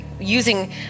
Using